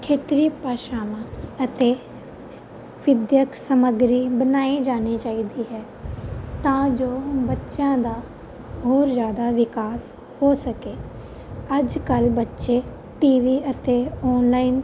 ਖੇਤਰੀ ਭਾਸ਼ਾਵਾਂ ਅਤੇ ਵਿਦਿਅਕ ਸਮੱਗਰੀ ਬਣਾਈ ਜਾਣੀ ਚਾਹੀਦੀ ਹੈ ਤਾਂ ਜੋ ਬੱਚਿਆਂ ਦਾ ਹੋਰ ਜ਼ਿਆਦਾ ਵਿਕਾਸ ਹੋ ਸਕੇ ਅੱਜ ਕੱਲ੍ਹ ਬੱਚੇ ਟੀ ਵੀ ਅਤੇ ਆਨਲਾਈਨ